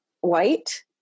white